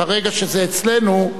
ברגע שזה אצלנו,